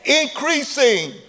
increasing